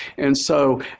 and so,